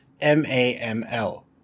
M-A-M-L